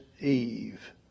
Eve